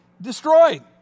destroyed